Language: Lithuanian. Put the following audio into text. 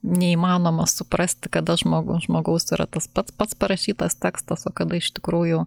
neįmanoma suprasti kada žmogų žmogaus yra tas pats pats parašytas tekstas o kada iš tikrųjų